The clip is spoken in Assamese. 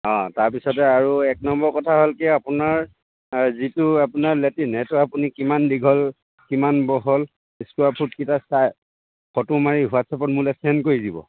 অঁ তাৰ পিছতে আৰু এক নম্বৰ কথা হ'ল কি আপোনাৰ যিটো আপোনাৰ লেটিন সেইটো আপুনি কিমান দীঘল কিমান বহল স্কুৱাৰ ফুটকেইটা চাই ফটো মাৰি হোৱাটছএপত মোলে চেণ্ড কৰি দিব